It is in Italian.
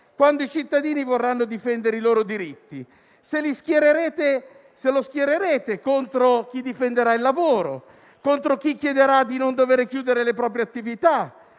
quando i cittadini vorranno difendere i loro diritti; se lo schiererete contro chi difenderà il lavoro, contro chi chiederà di non dover chiudere le proprie attività,